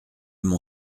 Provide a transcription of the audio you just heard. mon